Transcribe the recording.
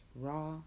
raw